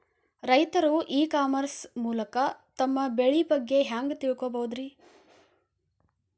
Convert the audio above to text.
ರೈತರು e commerce ಮೂಲಕ ತಮ್ಮ ಬೆಳಿ ಬಗ್ಗೆ ಹ್ಯಾಂಗ ತಿಳ್ಕೊಬಹುದ್ರೇ?